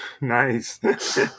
nice